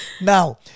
now